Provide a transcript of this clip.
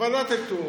ועדת איתור